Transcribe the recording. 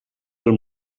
del